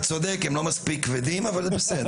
אתה צודק, הם לא מספיק כבדים, אבל זה בסדר.